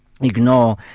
ignore